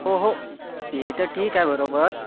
हो हो ती तर ठीक आहे बरोबर